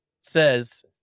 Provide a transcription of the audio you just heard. says